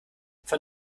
von